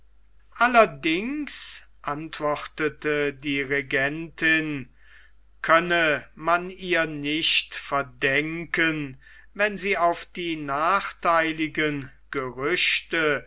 allerdings antwortete die regentin könne man ihr nicht verdenken wenn sie auf die nachtheiligen gerüchte